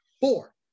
four